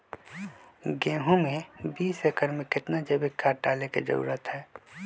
गेंहू में बीस एकर में कितना जैविक खाद डाले के जरूरत है?